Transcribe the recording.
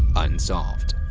unsolved.